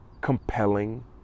compelling